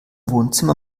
wohnzimmer